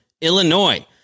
Illinois